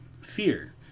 Fear